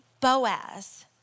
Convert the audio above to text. Boaz